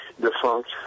defunct